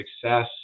success